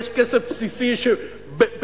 יש כסף בסיסי שבצורה,